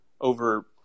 over